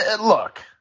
look